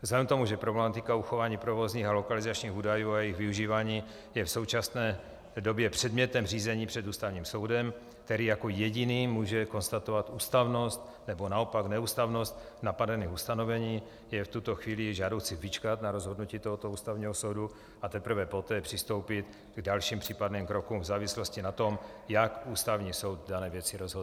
Vzhledem k tomu, že problematika uchování provozních a lokalizačních údajů a jejich využívání je v současné době předmětem řízení před Ústavním soudem, který jako jediný může konstatovat ústavnost, nebo naopak neústavnost napadených ustanovení, je v tuto chvíli žádoucí vyčkat na rozhodnutí tohoto Ústavního soudu a teprve poté přistoupit k dalším případným krokům v závislosti na tom, jak Ústavní soud v dané věci rozhodne.